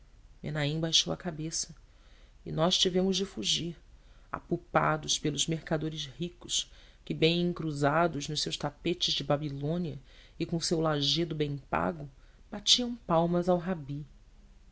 baixou a cabeça e nós tivemos de fugir apupados pelos mercadores ricos que bem encruzados nos seus tapetes de babilônia e com o seu lajedo bem pago batiam palmas ao rabi